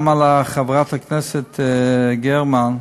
גם חברת הכנסת גרמן,